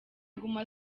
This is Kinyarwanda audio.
guma